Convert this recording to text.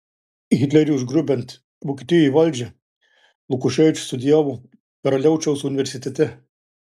hitleriui užgrobiant vokietijoje valdžią lukoševičius studijavo karaliaučiaus universitete